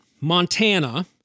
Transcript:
Montana